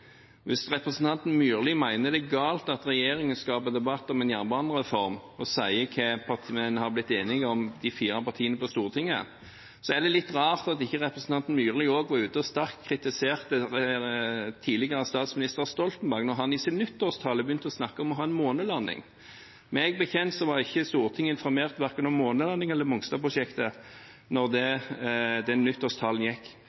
Hvis representanten Myrli mener det er galt at regjeringen skaper debatt om en jernbanereform og sier hva de fire samarbeidspartiene på Stortinget har blitt enige om, er det litt rart at representanten Myrli ikke var ute og sterkt kritiserte også tidligere statsminister Stoltenberg, da han i sin nyttårstale begynte å snakke om å ha en månelanding. Meg bekjent var ikke Stortinget informert verken om månelandingen eller Mongstad-prosjektet da den nyttårstalen ble holdt, uten at Arbeiderpartiet kritiserte sin statsminister for det. Men det er viktig at når